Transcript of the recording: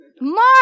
Mark